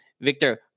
Victor